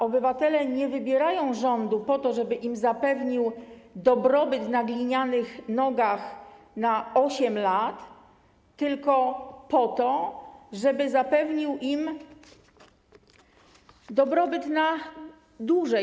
Obywatele nie wybierają rządu po to, żeby zapewnił im dobrobyt na glinianych nogach na 8 lat, tylko po to, żeby zapewnił im dobrobyt na dłużej.